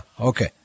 okay